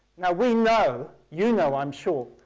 now we know, you know i'm sure,